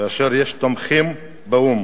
כאשר יש תומכים באו"ם,